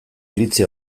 iritzi